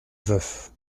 veuf